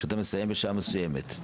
כשאתה מסיים בשעה מסוימת,